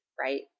right